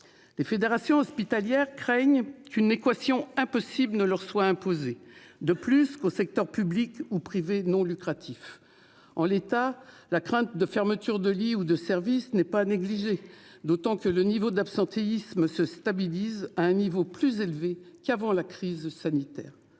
Les fédérations hospitalières craignent qu'une équation impossible de plus ne soit imposée au secteur public et au secteur privé non lucratif. En l'état, la crainte de fermetures de lits ou de services n'est pas à négliger, d'autant que l'absentéisme se stabilise à un niveau plus élevé qu'avant la crise sanitaire.